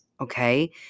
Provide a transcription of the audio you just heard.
Okay